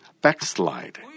backslide